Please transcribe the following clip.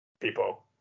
people